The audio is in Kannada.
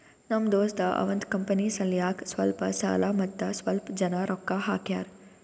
ನಮ್ ದೋಸ್ತ ಅವಂದ್ ಕಂಪನಿ ಸಲ್ಯಾಕ್ ಸ್ವಲ್ಪ ಸಾಲ ಮತ್ತ ಸ್ವಲ್ಪ್ ಜನ ರೊಕ್ಕಾ ಹಾಕ್ಯಾರ್